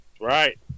Right